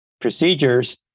procedures